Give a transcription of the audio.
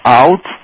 out